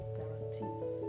Guarantees